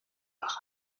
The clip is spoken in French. par